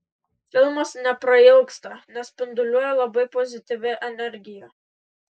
filmas neprailgsta nes spinduliuoja labai pozityvia energija